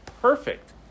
perfect